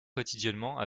quotidiennement